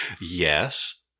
Yes